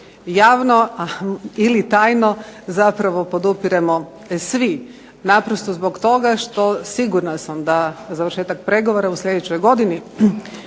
javno ili tajno podupiremo svi. naprosto zbog toga, sigurna sam da završetak pregovora u sljedećoj godini,